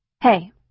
Hey